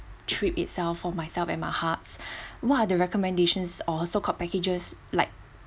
trip itself for myself and my heart's what are the recommendations or so called packages like